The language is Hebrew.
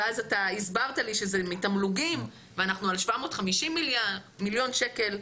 ואז הסברת לי שזה מתמלוגים ואנחנו על 750 מיליון שקל.